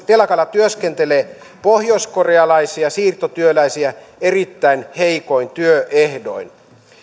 telakalla työskentelee pohjoiskorealaisia siirtotyöläisiä erittäin heikoin työehdoin